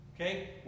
okay